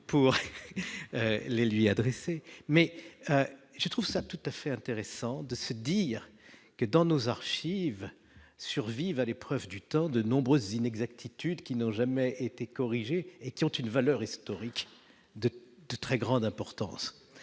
pour les lui adresser mais je trouve ça tout à fait intéressant de se dire que, dans nos archives survive à l'épreuve du temps, de nombreuses inexactitudes qui n'ont jamais été corrigée et qui ont une valeur historique de de très grande importance